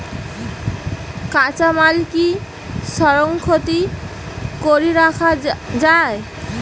কাঁচামাল কি সংরক্ষিত করি রাখা যায়?